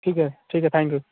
ठीक है ठीक है थैंक यू